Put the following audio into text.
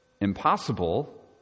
impossible